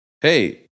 Hey